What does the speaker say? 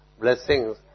blessings